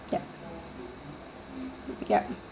yup yup